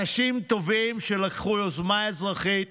אנשים טובים שלקחו יוזמה אזרחית